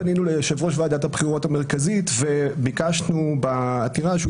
פנינו ליושב-ראש ועדת הבחירות המרכזית וביקשנו בעתירה שהוא